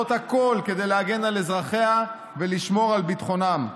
הכול כדי להגן על אזרחיה ולשמור על ביטחונם.